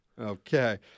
Okay